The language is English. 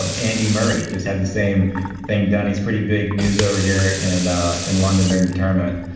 um andy murray just had the same thing done he's pretty big news over here in in london during the tournament.